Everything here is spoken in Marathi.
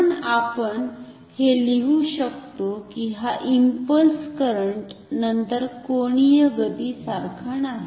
म्हणून आपण हे लिहू शकतो की हा इंपल्स करंट नंतर कोनीय गती सारखा नाही